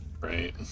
right